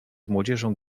młodzieżą